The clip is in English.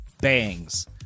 bangs